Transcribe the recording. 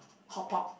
hotpot